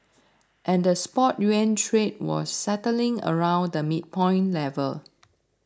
and the spot yuan trade was settling around the midpoint level